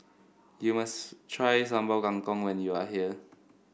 you must try Sambal Kangkong when you are here